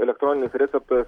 elektroninis receptas